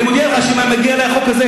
אני מודיע לך שאם היה מגיע אלי חוק כזה,